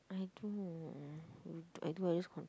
I do I do I just con~